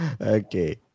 Okay